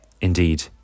indeed